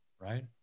Right